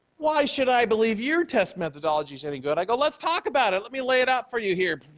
why should i believe your test methodology is any good? i go, let's talk about it, let me lay it out for you here,